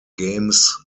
games